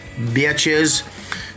bitches